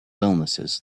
illnesses